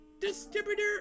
Distributor